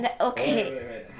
Okay